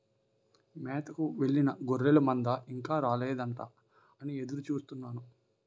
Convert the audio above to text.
మేతకు వెళ్ళిన గొర్రెల మంద ఇంకా రాలేదేంటా అని ఎదురు చూస్తున్నాను